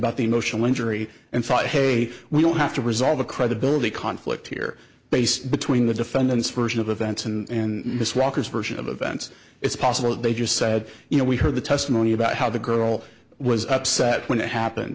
about the emotional injury and thought hey we don't have to resolve the credibility conflict here based between the defendant's version of events and miss walker's version of events it's possible that they just said you know we heard the testimony about how the girl was upset when it happened